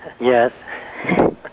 Yes